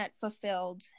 fulfilled